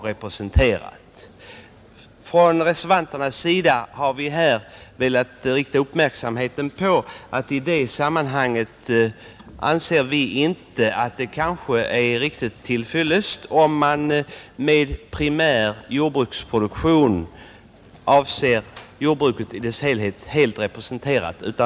Reservanterna har velat rikta uppmärksamheten på att genom uttrycket ”primär jordbruksproduktion” jordbruket i sin helhet inte kan anses vara representerat.